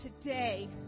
today